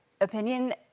opinion